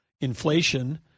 inflation